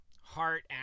heart